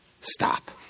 stop